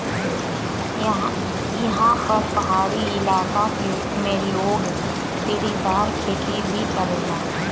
एहा पर पहाड़ी इलाका में लोग सीढ़ीदार खेती भी करेला